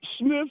Smith